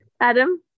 Adam